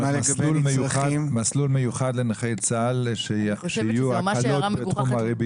כלומר מסלול מיוחד לנכי צה"ל שיהיו הקלות בתחום הריבית?